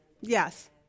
yes